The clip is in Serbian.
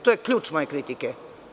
To je ključ moje kritike.